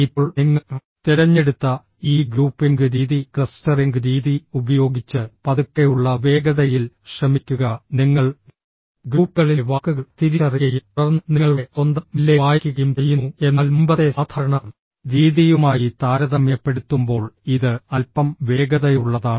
ഇപ്പോൾ നിങ്ങൾ തിരഞ്ഞെടുത്ത ഈ ഗ്രൂപ്പിംഗ് രീതി ക്ലസ്റ്ററിംഗ് രീതി ഉപയോഗിച്ച് പതുക്കെയുള്ള വേഗതയിൽ ശ്രമിക്കുക നിങ്ങൾ ഗ്രൂപ്പുകളിലെ വാക്കുകൾ തിരിച്ചറിയുകയും തുടർന്ന് നിങ്ങളുടെ സ്വന്തം മെല്ലെ വായിക്കുകയും ചെയ്യുന്നു എന്നാൽ മുമ്പത്തെ സാധാരണ രീതിയുമായി താരതമ്യപ്പെടുത്തുമ്പോൾ ഇത് അൽപ്പം വേഗതയുള്ളതാണ്